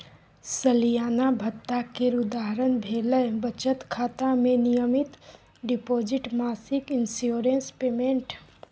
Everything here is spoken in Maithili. सलियाना भत्ता केर उदाहरण भेलै बचत खाता मे नियमित डिपोजिट, मासिक इंश्योरेंस पेमेंट